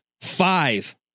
five